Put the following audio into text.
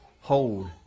Hold